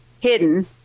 hidden